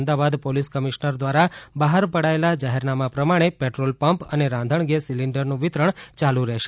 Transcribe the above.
Ahmedabad police commissioner દ્વારા બહાર પડાયેલા જાહેરનામા પ્રમાણે પેટ્રોલ પંપ અને રાંધણ ગેસ સિલીંડરનું વિતરણ ચાલુ રહેશે